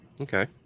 Okay